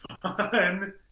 fun